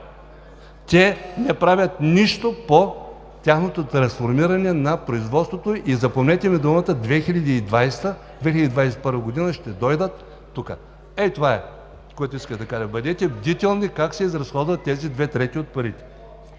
Те не правят нищо по тяхното трансформиране в производството. Запомнете ми думата: в 2020 – 2021 г. ще дойдат тук. Това е, което исках да кажа. Бъдете бдителни как се изразходват тези две трети от парите!